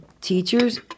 Teachers